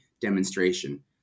demonstration